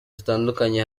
zitandukanye